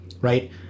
right